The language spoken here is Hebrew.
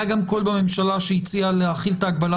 היה גם קול בממשלה שהציע להחיל את ההגבלה